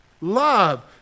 love